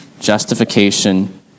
justification